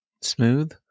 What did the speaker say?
smooth